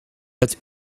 het